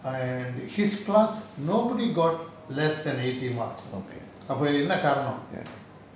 and his class nobody got less than eighty marks அப்ப என்ன காரணம்:appa enna kaaranam